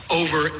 over